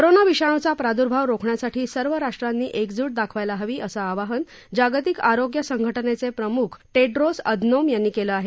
corona विषाणूवा प्रादूर्भव रोखण्यासाठी सर्व राष्ट्रांनी एकजूट दाखवायला हवी असं आवाहन जागतिक आरोग्य संघटनेचे प्रमुख टेड्रोस अधनोम यांनी केलं आहे